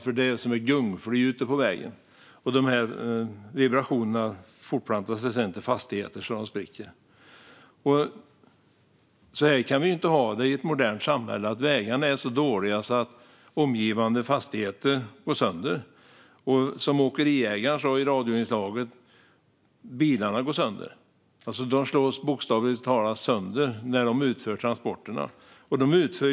Det är som ett gungfly ute på vägen, och vibrationerna fortplantar sig till fastigheterna så att de spricker. Så kan vi ju inte ha det i ett modernt samhälle - att vägarna är så dåliga att omgivande fastigheter går sönder. Som åkeriägaren sa i radioinslaget går bilarna sönder. De slås bokstavligt talat sönder när transporterna utförs.